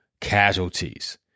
casualties